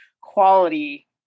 quality